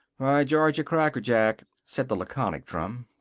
georgia crackerjack said the laconic drum.